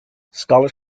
scholars